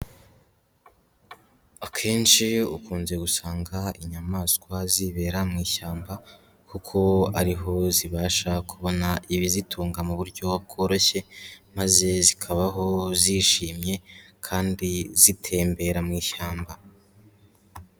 Akenshi ukunze gusanga inyamaswa zibera mu ishyamba kuko ari ho zibasha kubona ibizitunga mu buryo bworoshye maze zikabaho zishimye kandi zitembera mu ishyamba.